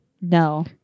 No